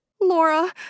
Laura